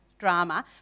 drama